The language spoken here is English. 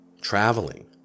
traveling